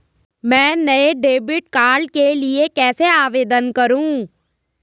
मैं नए debit card के लिए कैसे आवेदन करूं?